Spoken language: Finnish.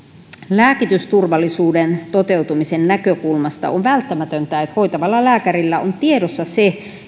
lääkitysturvallisuuden toteutumisen näkökulmasta on välttämätöntä että hoitavalla lääkärillä on tiedossa se